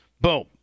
boom